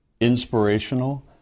inspirational